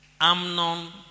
Amnon